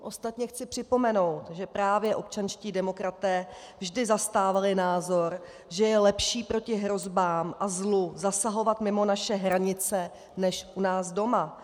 Ostatně chci připomenout, že právě občanští demokraté vždy zastávali názor, že je lepší proti hrozbám a zlu zasahovat mimo naše hranice než u nás doma.